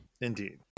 indeed